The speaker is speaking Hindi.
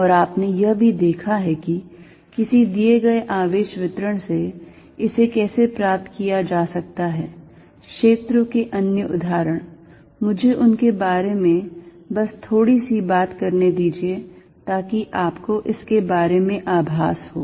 और आपने यह भी देखा कि किसी दिए गए आवेश वितरण से इसे कैसे प्राप्त किया जा सकता है क्षेत्रो के अन्य उदाहरण मुझे उनके बारे में बस थोड़ी सी बात करने दीजिए ताकि आपको इसके बारे में आभास हो